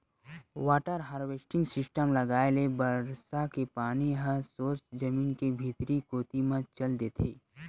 water harvesting system लगाए ले बरसा के पानी ह सोझ जमीन के भीतरी कोती म चल देथे